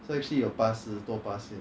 so actually 有八十多巴先